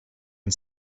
and